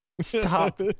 Stop